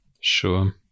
Sure